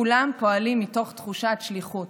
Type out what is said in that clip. כולם פועלים מתוך תחושת שליחות.